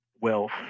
wealth